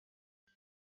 des